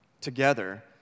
together